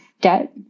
debt